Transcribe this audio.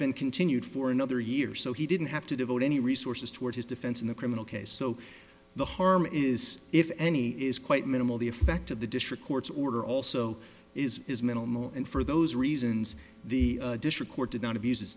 been continued for another year so he didn't have to devote any resources toward his defense in the criminal case so the harm is if any is quite minimal the effect of the district court's order also is minimal and for those reasons the district court didn't